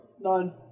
None